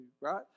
right